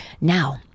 Now